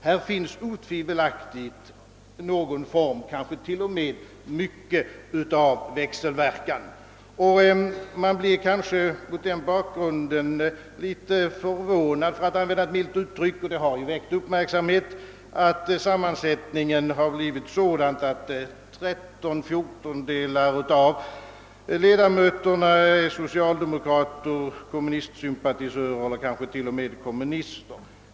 Här finns otvivelaktigt någon form av växelverkan. Man blir mot den bakgrunden litet förvånad — för att använda ett milt uttryck; saken har väckt en viss uppmärksamhet — att sammansättningen har blivit sådan att 13/14 av ledamöterna i kulturrådet är socialdemokrater, kommunistsympatisörer eller kanske t.o.m. kommunister.